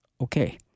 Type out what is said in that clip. okay